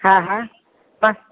हा हा प